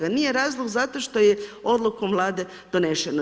A nije razlog zato što je odlukom vlade donešeno.